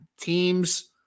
Teams